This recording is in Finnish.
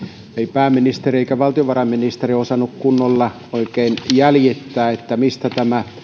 pääministeri eikä valtiovarainministeri osannut oikein kunnolla jäljittää mistä tämä